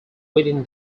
within